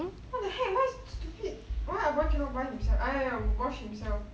what the heck was so stupid why ah boy cannot buy himself I mean wash himself